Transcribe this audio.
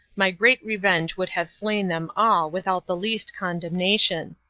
my great revenge could have slain them all, without the least condemnation.